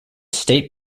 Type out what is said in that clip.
state